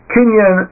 Kenyan